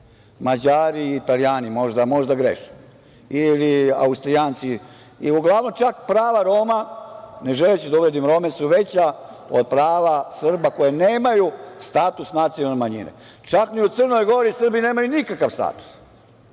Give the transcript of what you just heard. Mađari, Italijani, možda, a možda grešim ili Austrijanci i uglavnom čak prava Roma, ne želeći da uvredim Rome su veća od prava Srba koji nemaju status nacionalne manjine. Čak ni u Crnoj Gori Srbi nemaju nikakav status. Hajde